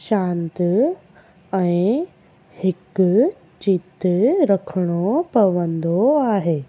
शांत ऐं हिकु चित रखिणो पवंदो आहे